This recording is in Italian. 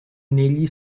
negli